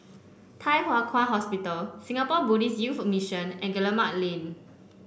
Thye Hua Kwan Hospital Singapore Buddhist Youth Mission and Guillemard Lane